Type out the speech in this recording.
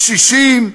קשישים,